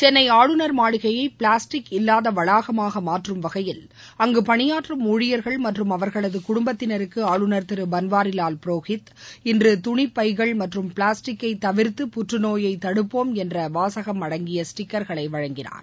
சென்னை ஆளுநர் மாளிகையை பிளாஸ்டிக் இல்லாத வளாகமாக மாற்றும் வகையில் அங்கு பணிபாற்றும் ஊழியர்கள் மற்றும் அவர்களது குடும்பத்தினருக்கு ஆளுநர் திரு பன்வாரிலால் புரோஹித் இன்று துணிப் பைககள் மற்றும் பிளாஸ்டிக்கை தவிர்த்து புற்று நோயை தடுப்போம் என்ற வாசகம் அடங்கிய ஸ்டிக்கா்களை வழங்கினார்